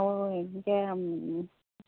অঁ এনেকৈ